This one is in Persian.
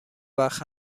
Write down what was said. وقت